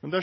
nå